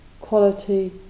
quality